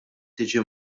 tiġi